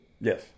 Yes